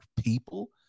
people